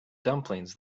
dumplings